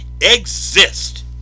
exist